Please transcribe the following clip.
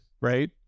right